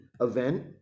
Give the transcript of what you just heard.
event